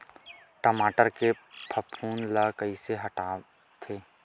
टमाटर के फफूंद ल कइसे हटाथे?